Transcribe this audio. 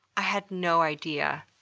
i had no idea.